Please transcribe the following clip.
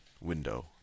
window